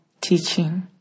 teaching